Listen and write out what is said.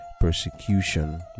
persecution